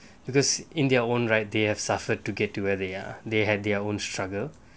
because in their own right they have suffered to get to where they are they had their own struggle